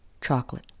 chocolate